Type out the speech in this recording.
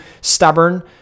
stubborn